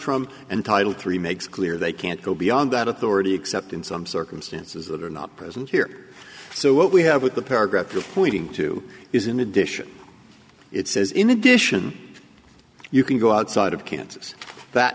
from and title three makes clear they can't go beyond that authority except in some circumstances that are not present here so what we have with the paragraph you're pointing to is in addition it says in addition you can go outside of kansas that